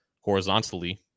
horizontally